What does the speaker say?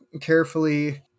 carefully